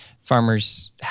farmers